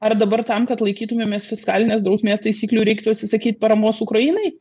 ar dabar tam kad laikytumėmės fiskalinės drausmės taisyklių reiktų atsisakyt paramos ukrainai